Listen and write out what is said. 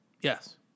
Yes